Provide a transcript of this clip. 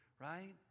right